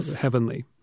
heavenly